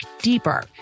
deeper